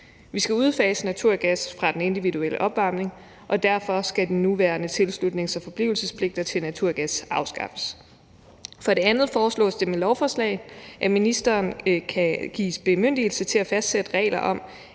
Vi skal udfase naturgas fra den individuelle opvarmning, og derfor skal den nuværende tilslutnings- og forblivelsespligt til naturgas afskaffes. For det andet foreslås det med lovforslaget, at ministeren kan gives bemyndigelse til at fastsætte regler om,